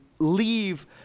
Leave